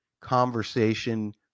conversation